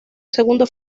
segundo